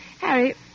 Harry